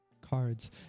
cards